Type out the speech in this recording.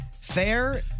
fair